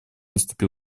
вступил